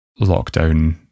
lockdown